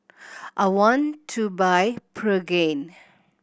I want to buy Pregain